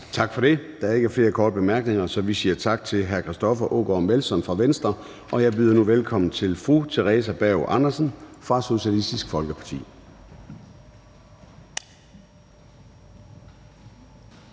Tak for det. Der er ikke flere korte bemærkninger, så vi siger tak til hr. Christoffer Aagaard Melson fra Venstre, og jeg byder nu velkommen til fru Theresa Berg Andersen fra Socialistisk Folkeparti.